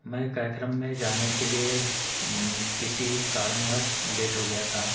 मैं कार्यक्रम में जाने के लिए किसी कारणवश लेट हो गया था